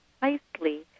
precisely